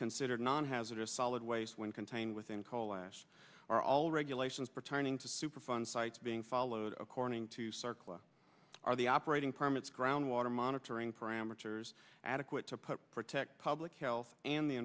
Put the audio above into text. considered nonhazardous solid waste when contained within coal ash are all regulations pertaining to superfund sites being followed according to circle are the operating permits ground water monitoring parameters adequate to put protect public health and the